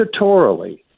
statutorily